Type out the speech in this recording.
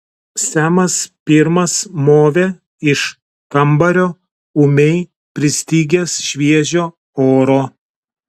semas pirmas movė iš kambario ūmiai pristigęs šviežio oro